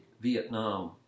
Vietnam